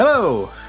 Hello